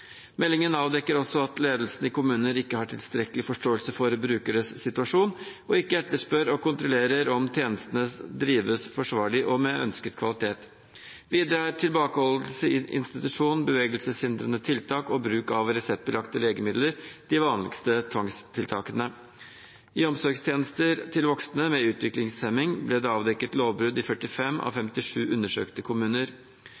Meldingen avdekker også at ledelsen i kommuner ikke har tilstrekkelig forståelse for brukeres situasjon og ikke etterspør og kontrollerer om tjenestene drives forsvarlig og med ønsket kvalitet. Videre er tilbakeholdelse i institusjon, bevegelseshindrende tiltak og bruk av reseptbelagte legemidler de vanligste tvangstiltakene. I omsorgstjenester til voksne med utviklingshemming ble det avdekket lovbrudd i 45 av